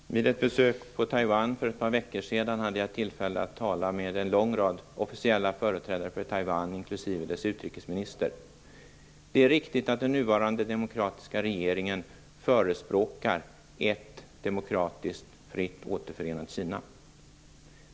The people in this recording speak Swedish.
Fru talman! Vid ett besök på Taiwan för ett par veckor sedan hade jag tillfälle att tala med en lång rad officiella företrädare för Taiwan, inklusive dess utrikesminister. Det är riktigt att den nuvarande demokratiska regeringen förespråkar ett demokratiskt, fritt, återförenat Kina.